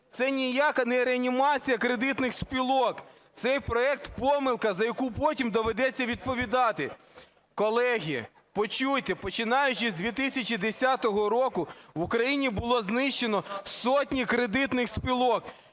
Це ніяка не реанімація кредитних спілок, цей проект – помилка, за яку потім доведеться відповідати. Колеги, почуйте, починаючи з 2010 року в Україні було знищено сотні кредитних спілок,